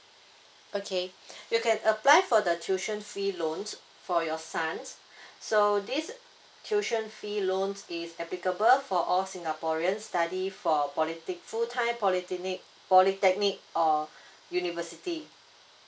okay you can apply for the tuition fee loan for your son so this tuition fee loan is applicable for all singaporean study for poly full time polytechnic polytechnic or university